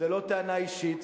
זו לא טענה אישית,